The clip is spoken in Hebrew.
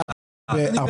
הצבעה ההסתייגות לא נתקבלה.